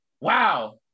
Wow